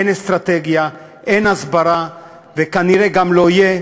אין אסטרטגיה, אין הסברה, וכנראה גם לא יהיו.